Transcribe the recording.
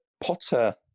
Potter